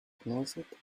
closet